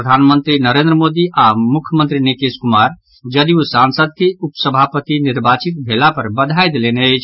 प्रधानमंत्री नरेन्द्र मोदी आओर मुख्यमंत्री नीतीश कुमार जदयू सांसद के उपसभापति निर्वाचित भेला पर बधाई देलनि अछि